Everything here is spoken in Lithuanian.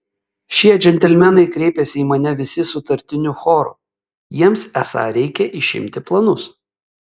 šie džentelmenai kreipėsi į mane visi sutartiniu choru jiems esą reikia išimti planus